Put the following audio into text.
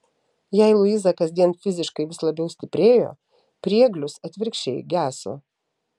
jei luiza kasdien fiziškai vis labiau stiprėjo prieglius atvirkščiai geso